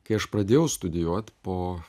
kai aš pradėjau studijuot po